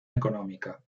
económica